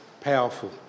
powerful